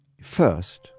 First